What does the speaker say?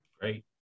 Great